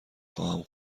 خواهم